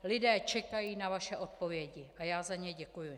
Lidé čekají na vaše odpovědi a já za ně děkuji.